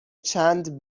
چند